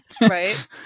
right